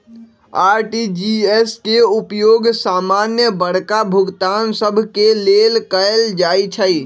RTGS के उपयोग समान्य बड़का भुगतान सभ के लेल कएल जाइ छइ